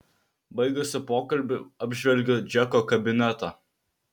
baigusi pokalbį apžvelgiu džeko kabinetą